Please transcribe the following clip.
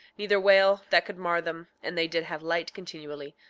neither whale that could mar them and they did have light continually,